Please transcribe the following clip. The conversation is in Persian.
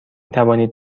توانید